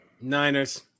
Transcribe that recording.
Niners